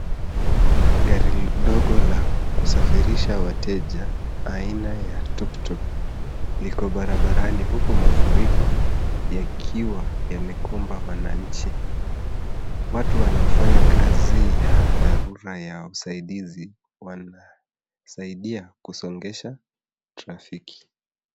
Gari dogo la kusafirisha wateja aina ya tuktuk, liko barabarani, huku mafuriko yakiwa yamekumba wananchi. Watu wanaofanya kazi ya dharura ya usaidizi wanasaidia kusongesha trafiki.